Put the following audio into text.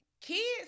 Kids